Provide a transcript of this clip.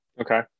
Okay